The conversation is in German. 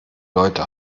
leute